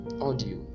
audio